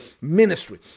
ministry